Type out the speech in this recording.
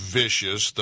vicious